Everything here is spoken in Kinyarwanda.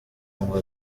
ngo